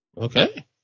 Okay